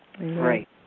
Right